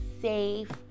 safe